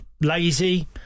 lazy